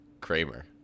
Kramer